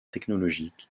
technologique